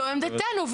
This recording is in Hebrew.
זו עמדתנו.